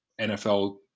NFL